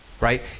Right